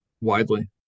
widely